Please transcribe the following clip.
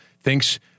thinks